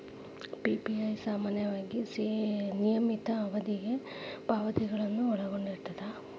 PPI ಸಾಮಾನ್ಯವಾಗಿ ಸೇಮಿತ ಅವಧಿಗೆ ಪಾವತಿಗಳನ್ನ ಒಳಗೊಂಡಿರ್ತದ